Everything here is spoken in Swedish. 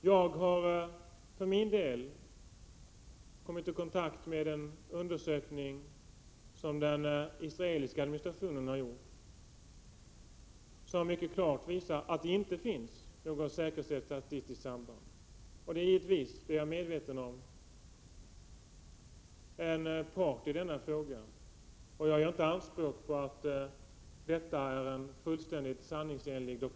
Själv har jag tagit del av en undersökning av den israeliska administrationen, och den visar mycket klart att det inte finns något säkerställt statistiskt samband. Jag är givetvis medveten om att den uppgiften kommer från en part i konflikten, och därför påstår jag inte att den dokumentationen är helt sanningsenlig.